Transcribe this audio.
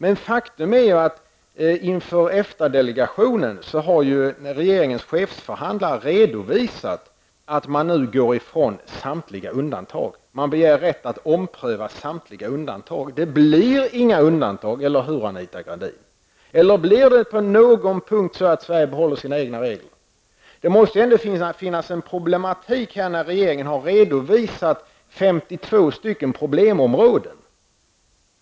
Men faktum är att regeringens chefsförhandlare inför EFTA-delegationen har redovisat att man nu går ifrån samtliga undantag. Man begär rätt att ompröva samtliga undantag. Det blir inga undantag -- eller hur, Anita Gradin? Blir det på någon punkt så att Sverige behåller sina egna regler? Det måste ju ändå finnas en problematik här när regeringen har redovisat 52 problemområden.